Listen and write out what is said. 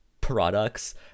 products